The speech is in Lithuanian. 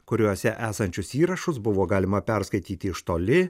kuriuose esančius įrašus buvo galima perskaityti iš toli